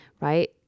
right